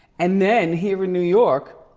and then, here in new york